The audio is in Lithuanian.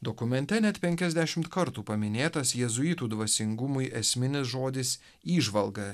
dokumente net penkiasdešim kartų paminėtas jėzuitų dvasingumui esminis žodis įžvalga